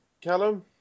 Callum